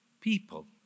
people